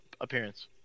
appearance